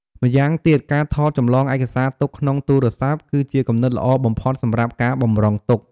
ម្យ៉ាងទៀត ការថតចម្លងឯកសារទុកក្នុងទូរស័ព្ទ គឺជាគំនិតល្អបំផុតសម្រាប់ការបម្រុងទុក ។